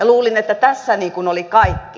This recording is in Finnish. luulin että tässä oli kaikki